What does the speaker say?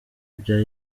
bya